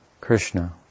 Krishna